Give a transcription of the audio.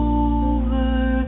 over